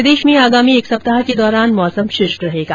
प्रदेश में आगामी एक सप्ताह के दौरान मौसम शुष्क रहेगा